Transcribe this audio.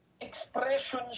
expression